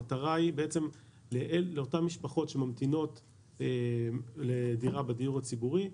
המטרה היא לגבי אותן משפחות שממתינות לדירה בדיור הציבורי,